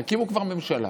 תקימו כבר ממשלה.